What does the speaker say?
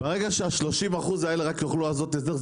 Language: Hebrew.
ברגע ששלושים האחוזים האלה רק יוכלו לעשות הסדר,